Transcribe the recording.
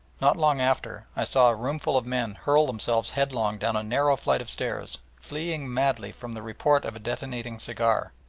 not long after i saw a roomful of men hurl themselves headlong down a narrow flight of stairs, fleeing madly from the report of a detonating cigar!